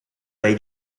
dai